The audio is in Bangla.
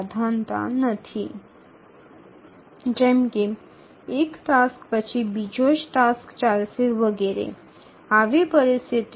উদাহরন স্বরূপ বলা যেতে পারে সর্বদা একটি টাস্কের পরে অন্য টাস্ক চালানো দরকার ইত্যাদি